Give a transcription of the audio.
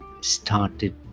started